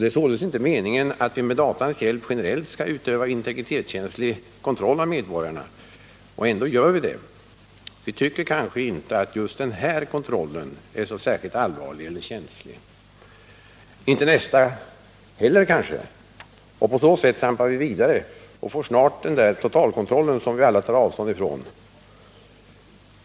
Det är således inte meningen att vi med datans hjälp generellt skall utöva integritetskänslig kontroll av medborgarna. Ändå gör vi det. Vi tycker kanske inte att just den här kontrollen är särskilt allvarlig eller känslig, kanske inte nästa kontroll heller. På så sätt trampar vi vidare och får snart den totalkontroll som vi alla tar avstånd ifrån.